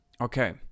Okay